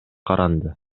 каранды